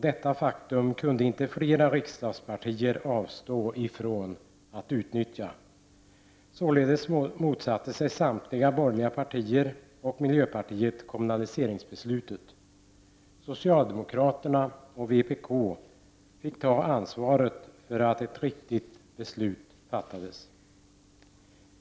Detta faktum kunde flera riksdagspartier inte avstå från att utnyttja. Således motsatte sig samtliga borgerliga partier och miljöpartiet kommunaliseringsbeslutet. Socialdemokraterna och vpk fick ta ansvaret för att ett riktigt beslut fattades.